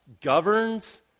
governs